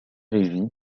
rigides